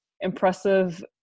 impressive